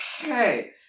Okay